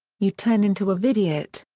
you turn into a vidiot.